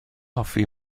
hoffi